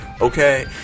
okay